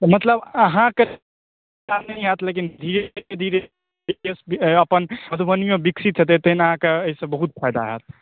मतलब अहाँके फायदा नहि होयत लेकिन धीरे धीरे अपन मधुबनीमे विकसित हेतए तहन अहाँके एहिसँ बहुत फायदा होएत